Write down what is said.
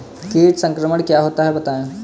कीट संक्रमण क्या होता है बताएँ?